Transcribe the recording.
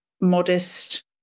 modest